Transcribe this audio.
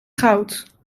goud